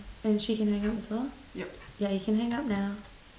and she can hang up as well ya you can hang up now